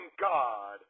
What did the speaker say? god